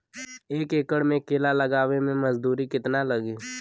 एक एकड़ में केला लगावे में मजदूरी कितना लागी?